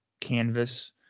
canvas